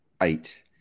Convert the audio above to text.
Eight